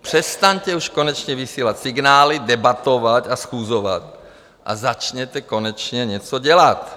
Přestaňte už konečně vysílat signály, debatovat a schůzovat a začněte konečně něco dělat.